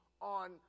on